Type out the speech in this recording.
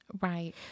Right